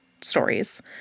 stories